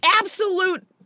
absolute